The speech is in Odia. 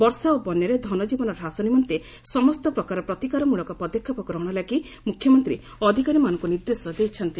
ବର୍ଷା ଓ ବନ୍ୟାରେ ଧନକୀବନ ହ୍ରାସ ନିମନ୍ତେ ସମସ୍ତ ପ୍ରକାର ପ୍ରତିକାରମ୍ବଳକ ପଦକ୍ଷେପ ଗ୍ରହଣ ଲାଗି ମୁଖ୍ୟମନ୍ତ୍ରୀ ଅଧିକାରୀମାନଙ୍କୁ ନିର୍ଦ୍ଦେଶ ଦେଇଛନ୍ତି